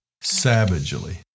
savagely